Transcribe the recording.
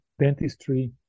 dentistry